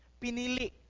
Pinili